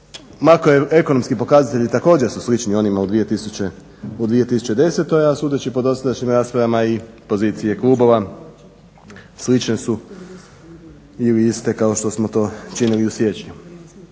Makroekonomski pokazatelji također su slični onima u 2010., a sudeći po dosadašnjim raspravama i pozicije klubova slične su ili iste kao što smo to činili i